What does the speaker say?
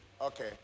Okay